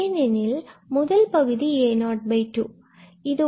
ஏனெனில் முதல் பகுதி a02 இதுவே ஆகும்